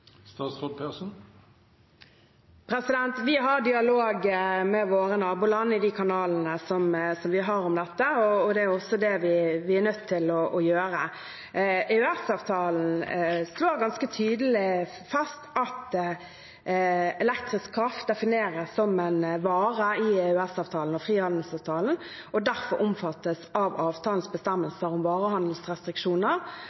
Vi har dialog med våre naboland i de kanalene som vi har, om dette. Det er også det vi er nødt til å gjøre. EØS-avtalen slår ganske tydelig fast at elektrisk kraft defineres som en vare i EØS-avtalen og frihandelsavtalen og derfor omfattes av avtalens